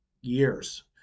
years